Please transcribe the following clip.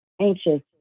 anxious